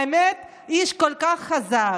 האמת, איש כל כך חזק,